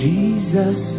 Jesus